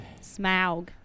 Smaug